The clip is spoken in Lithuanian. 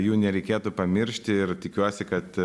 jų nereikėtų pamiršti ir tikiuosi kad